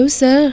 sir